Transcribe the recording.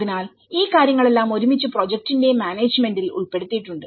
അതിനാൽ ഈ കാര്യങ്ങളെല്ലാം ഒരുമിച്ച് പ്രോജക്റ്റിന്റെ മാനേജ്മെന്റിൽഉൾപ്പെടുത്തിയിട്ടുണ്ട്